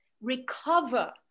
recover